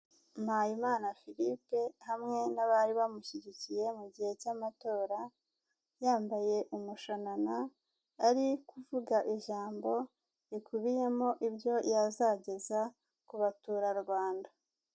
Mpayimana Philippe hamwe n'abari bamushyigikiye mu gihe cy'amatora, yambaye umushanana ari kuvuga ijambo rikubiyemo ibyo yazageza ku baturarwanda.